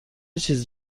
چیز